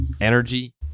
Energy